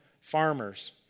farmers